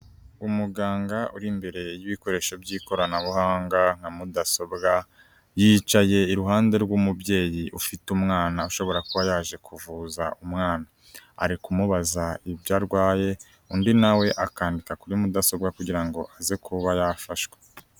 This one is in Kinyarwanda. Umuganga uri imbere y'ibikoresho by'ikoranabuhanga nka mudasobwa. Yicaye iruhande rw'umubyeyi ufite umwana ushobora kuba yaje kuvuza umwana. Ari kumubaza ibyo arwaye undi na we akandika kuri mudasobwa kugira ngo aze kuba yafashwa.